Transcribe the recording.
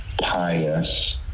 pious